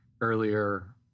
earlier